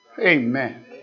Amen